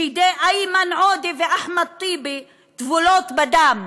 שידי איימן עודה ואחמד טיבי טבולות בדם.